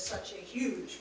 such a huge